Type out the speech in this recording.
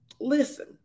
listen